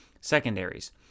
secondaries